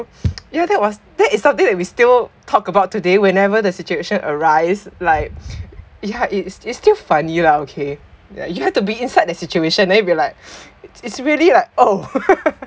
yeah that was that is something that we still talk about today whenever the situation arise like yeah it's it's still funny lah okay ya you have to be inside the situation then it will be like it's really like oh